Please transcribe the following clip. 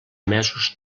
mesos